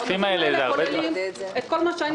העודפים האלה כוללים את כל מה שהיינו